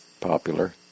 popular